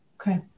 Okay